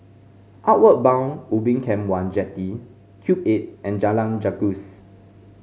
Outward Bound Ubin Camp one Jetty Cube Eight and Jalan Gajus